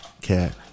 cat